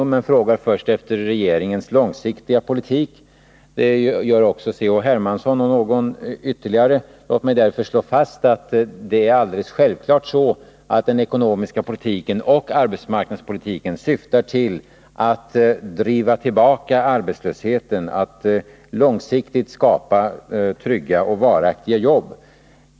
Men hon frågar först efter regeringens långsiktiga politik. Det gör också C.-H. Hermansson och ytterligare någon interpellant. Låt mig därför slå fast att det självfallet är så, att den ekonomiska politiken och arbetsmarknadspolitiken syftar till att driva tillbaka arbetslösheten, att långsiktigt skapa trygga och varaktiga jobb.